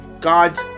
God's